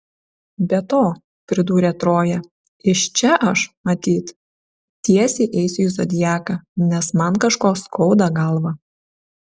be to pridūrė troja iš čia aš matyt tiesiai eisiu į zodiaką nes man kažko skauda galvą